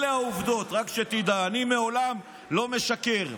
אלה העובדות, רק שתדע: אני לעולם לא משקר.